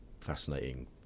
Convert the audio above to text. fascinating